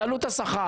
תעלו את השכר,